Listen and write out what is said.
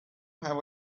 have